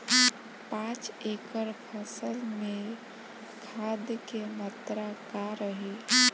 पाँच एकड़ फसल में खाद के मात्रा का रही?